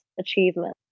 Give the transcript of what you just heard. achievement